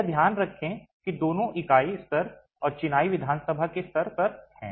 यह ध्यान रखें कि दोनों इकाई स्तर और चिनाई विधानसभा के स्तर पर हैं